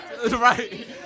Right